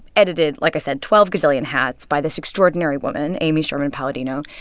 edited like i said, twelve gazillion hats by this extraordinary woman, amy sherman-palladino,